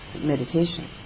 meditation